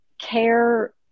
care